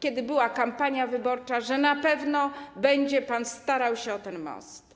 kiedy była kampania wyborcza, że na pewno będzie pan starał się o ten most.